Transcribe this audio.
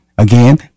Again